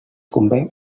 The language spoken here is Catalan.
convé